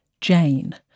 Jane